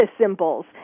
symbols